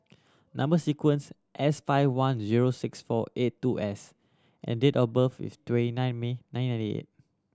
number sequence S five one zero six four eight two S and date of birth is twenty nine May